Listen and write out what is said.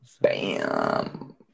Bam